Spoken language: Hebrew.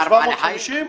צער בעלי החיים?